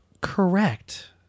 correct